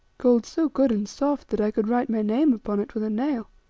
gold so good and soft that i could write my name upon it with a nail.